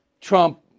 Trump